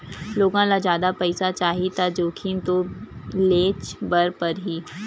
लोगन ल जादा पइसा चाही त जोखिम तो लेयेच बर परही